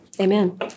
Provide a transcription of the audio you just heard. Amen